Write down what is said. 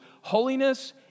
holiness